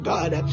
God